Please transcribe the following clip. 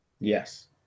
yes